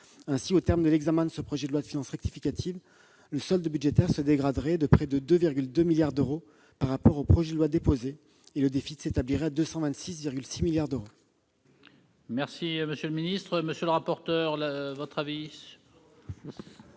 Ainsi, au terme de l'examen de ce projet de loi de finances rectificative, le solde budgétaire se dégraderait de près de 2,2 milliards d'euros par rapport au projet de loi déposé et le déficit s'établirait à 226,6 milliards d'euros.